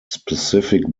specific